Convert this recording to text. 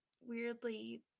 weirdly